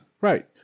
Right